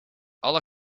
alle